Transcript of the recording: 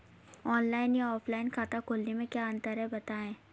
Online या offline खाता खोलने में क्या अंतर है बताएँ?